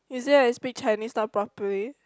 is it I speak Chinese not properly